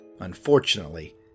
Unfortunately